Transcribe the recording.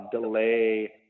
delay